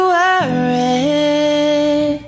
worry